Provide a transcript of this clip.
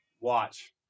Watch